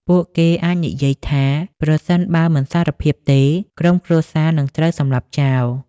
ពួកគេអាចនិយាយថាប្រសិនបើមិនសារភាពទេ ក្រុមគ្រួសារនឹងត្រូវសម្លាប់ចោល។